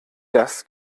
das